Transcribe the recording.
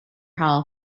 health